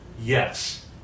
Yes